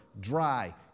dry